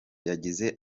yagize